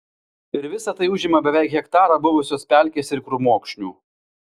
ir visa tai užima beveik hektarą buvusios pelkės ir krūmokšnių